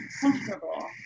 comfortable